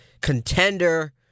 contender